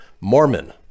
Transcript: Mormon